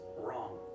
wrong